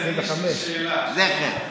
זֵכר.